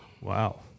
Wow